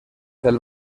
del